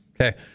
Okay